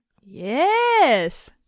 Yes